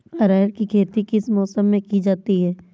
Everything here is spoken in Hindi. अरहर की खेती किस मौसम में की जाती है?